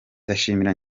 ndashimira